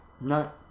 No